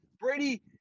Brady